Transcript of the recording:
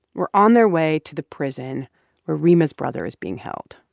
were on their way to the prison where reema's brother is being held.